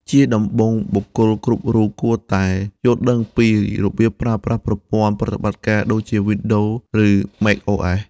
ជាដំបូង បុគ្គលគ្រប់រូបគួរយល់ដឹងពីរបៀបប្រើប្រាស់ប្រព័ន្ធប្រតិបត្តិការដូចជា Windows ឬ macOS។